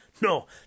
no